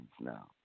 now